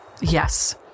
yes